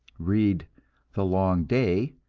read the long day,